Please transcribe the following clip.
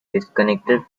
disconnected